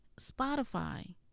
Spotify